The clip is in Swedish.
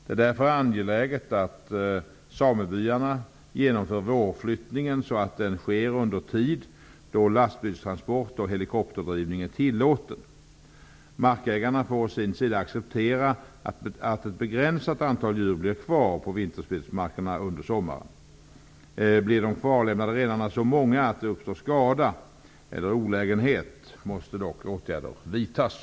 Det är därför angeläget att samebyarna genomför vårflyttningen så att den sker under tid då lastbilstransport och helikopterdrivning är tillåten. Markägarna får å sin sida acceptera att ett begränsat antal djur blir kvar på vinterbetesmarkerna under sommaren. Blir de kvarlämnade renarna så många att det uppstår skada eller olägenhet måste dock åtgärder vidtas.